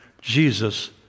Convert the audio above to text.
Jesus